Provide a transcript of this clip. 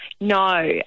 No